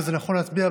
וזה נכון להצביע,